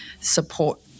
support